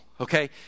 Okay